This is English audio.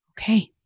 okay